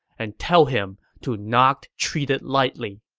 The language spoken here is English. and tell him to not treat it lightly.